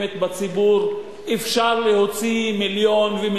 מסוימת בציבור אפשרי להוציא מיליון ו-1.5